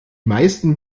meisten